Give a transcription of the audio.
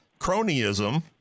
cronyism